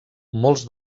molts